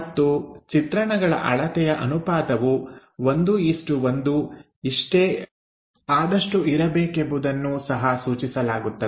ಮತ್ತು ಚಿತ್ರಣಗಳ ಅಳತೆಯ ಅನುಪಾತವು 11 ಇಷ್ಟೇ ಆದಷ್ಟು ಇರಬೇಕೆಂಬುದನ್ನು ಸಹ ಸೂಚಿಸಲಾಗುತ್ತದೆ